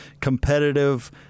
competitive